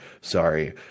sorry